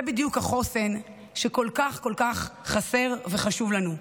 זה בדיוק החוסן שכל כך כל כך חסר וחשוב לנו,